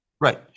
Right